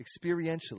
Experientially